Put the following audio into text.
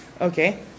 Okay